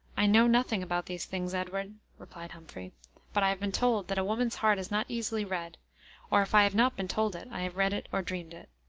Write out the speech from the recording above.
i know nothing about these things, edward, replied humphrey but i have been told that a woman's heart is not easily read or if i have not been told it, i have read it or dreamed it.